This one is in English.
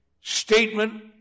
statement